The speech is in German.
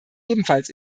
ebenfalls